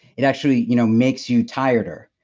it actually you know makes you tireder.